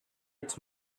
its